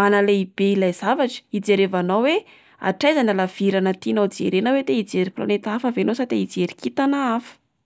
manalehibe ilay zavatra ijerevanao oe hatraiza ny alavirana tianao jerena oe te hijery planeta hafa ve ianao sa te hijery kintana hafa.